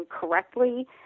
correctly